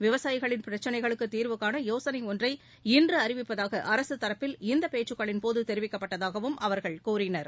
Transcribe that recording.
விவசாயிகளின் பிரச்னைகளுக்குதீர்வு காணயோசனைஒன்றை இன்றுஅறிவிப்பதாகஅரசுதரப்பில் இந்தபேச்சுக்களின்போதுதெரிவிக்கப்பட்டதாகவும் அவர்கள் கூறினர்